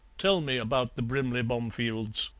tell me about the brimley bomefields.